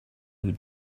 would